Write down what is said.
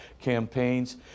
campaigns